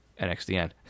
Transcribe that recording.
NXDN